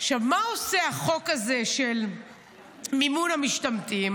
מה עושה החוק הזה, של מימון המשתמטים?